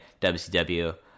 WCW